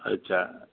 अच्छा